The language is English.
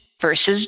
versus